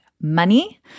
money